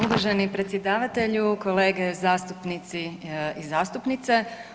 Uvaženi predsjedavatelju, kolege zastupnici i zastupnice.